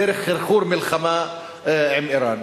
דרך חרחור מלחמה עם אירן.